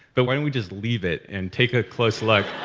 but why don't we just leave it, and take a close look